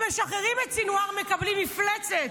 אם משחררים את סנוואר, מקבלים מפלצת.